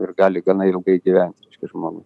ir gali gana ilgai gyvent reiškia žmogus